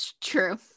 true